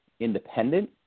independent